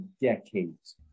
decades